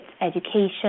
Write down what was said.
education